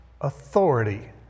authority